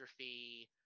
dystrophy